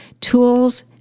tools